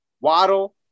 waddle